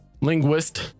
linguist